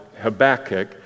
Habakkuk